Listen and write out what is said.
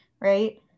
right